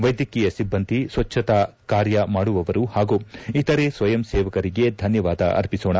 ವೈದ್ಯಕೀಯ ಸಿಬ್ಲಂದಿ ಸ್ವಚ್ಗತಾ ಕಾರ್ಯ ಮಾಡುವವರು ಹಾಗೂ ಇತರೆ ಸ್ನಯಂ ಸೇವಕರಿಗೆ ಧನ್ನವಾದ ಅರ್ಪಿಸೋಣ